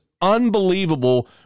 unbelievable